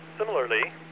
Similarly